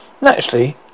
Naturally